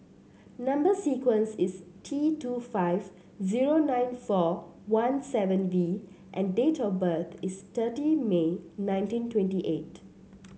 number sequence is T two five zero nine four one seven V and date of birth is thirty May nineteen twenty eight